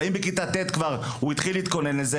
האם בכיתה ט' הוא כבר התחיל להתכונן לזה?